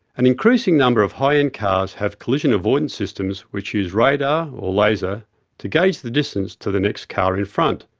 an increasing number of high-end cars have collision avoidance systems which use radar or laser to gauge the distance to the next car in front,